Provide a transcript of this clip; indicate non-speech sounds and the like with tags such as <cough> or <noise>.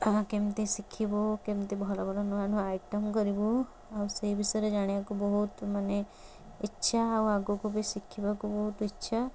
<unintelligible> କେମିତି ଶିଖିବୁ କେମିତି ଭଲ ଭଲ ନୂଆ ନୂଆ ଆଇଟମ କରିବୁ ଆଉ ସେଇ ବିଷୟରେ ଜାଣିବାକୁ ବହୁତ ମାନେ ଇଚ୍ଛା ଆଉ ଆଗକୁ ବି ଶିକ୍ଷା କରିବାକୁ ବହୁତ ଇଚ୍ଛା